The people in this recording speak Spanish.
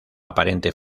aparente